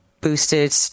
boosted